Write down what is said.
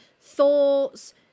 thoughts